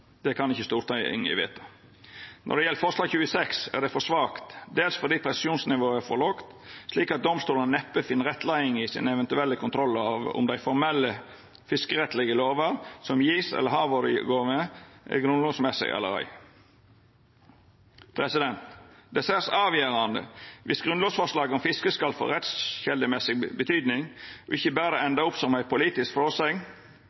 Det kan ikkje Stortinget vedta. Når det gjeld forslag nr. 26, er det for svakt – dels fordi presisjonsnivået er for lågt, slik at domstolane neppe finn rettleiing i dei eventuelle kontrollane sine av om dei formelle fiskerettslege lovene som vert gjevne eller har vore gjevne, er grunnlovsmessige eller ikkje. Det er særs avgjerande viss grunnlovsforslag om fiske skal få betydning som rettskjelder og ikkje berre